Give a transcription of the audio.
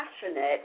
passionate